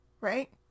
Right